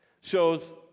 shows